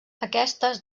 aquestes